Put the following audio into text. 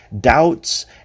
doubts